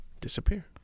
disappear